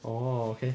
oh okay